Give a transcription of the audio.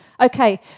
Okay